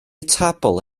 tabl